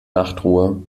nachtruhe